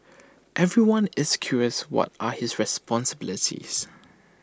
everyone is curious what are his responsibilities